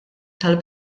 tal